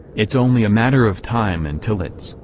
it's only a matter of time until it's,